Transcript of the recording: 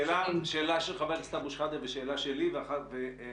שאלה של ח"כ אבו שחאדה ושאלה שלי ואחר